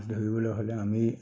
মাছ ধৰিবলৈ হ'লে আমি